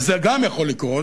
וגם זה יכול לקרות,